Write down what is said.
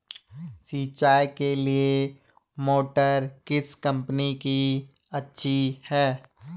सिंचाई के लिए मोटर किस कंपनी की अच्छी है?